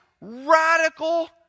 radical